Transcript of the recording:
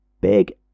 big